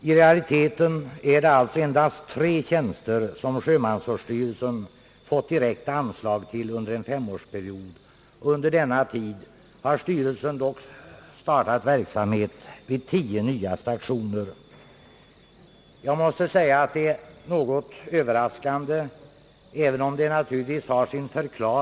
I realiteten är det alltså endast tre nya tjänster, som :Sjömansvårdsstyrelsen fått direkta anslag till under en femårsperiod. Under denna tid har styrelsen dock startat verksamhet vid tio nya stationer. Det är något överraskande, även om det naturligtvis har sin förklaring, att Ang.